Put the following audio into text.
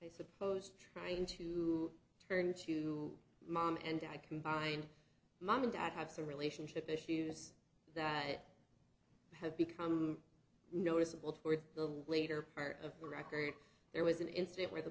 i supposed trying to turn to mom and dad combined mom and dad have some relationship issues that have become noticeable toward the later part of the record there was an incident where the